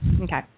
Okay